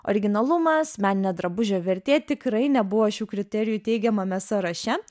originalumas meninė drabužio vertė tikrai nebuvo šių kriterijų teigiamame sąraše